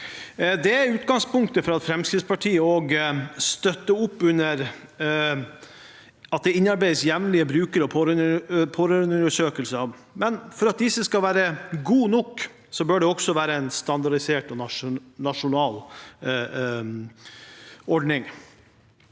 Det er utgangspunktet for at Fremskrittspartiet støtter opp under at det innarbeides jevnlige bruker- og pårørendeundersøkelser, men for at disse skal være gode nok, bør det være en standardisert og nasjonal ordning.